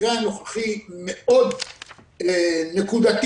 במקרה הנוכחי, מאוד נקודתי.